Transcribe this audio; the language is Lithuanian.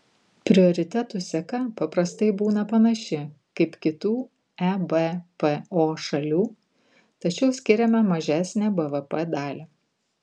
prioritetų seka paprastai būna panaši kaip kitų ebpo šalių tačiau skiriame mažesnę bvp dalį